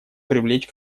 привлечь